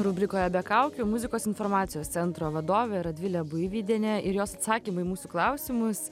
rubrikoje be kaukių muzikos informacijos centro vadovė radvilė buivydienė ir jos atsakymai į mūsų klausimus